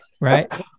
Right